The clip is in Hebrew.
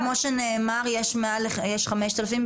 כמו שנאמר יש 5,000,